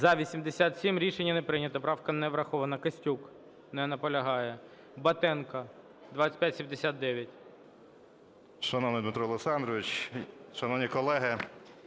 За-87 Рішення не прийнято. Правка не врахована. Костюк. Не наполягає. Батенко, 2579.